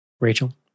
Rachel